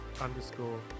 underscore